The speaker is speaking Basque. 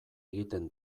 egiten